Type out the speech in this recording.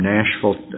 Nashville